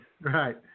Right